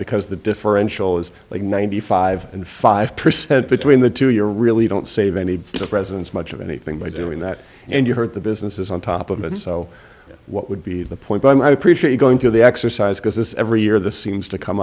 because the differential is like ninety five and five percent between the two you're really don't save any presidents much of anything by doing that and you heard the businesses on top of it so what would be the point i appreciate you going through the exercise because this every year this seems to come